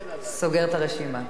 סוגר את הרשימה.